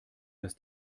dass